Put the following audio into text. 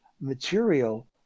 material